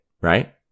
right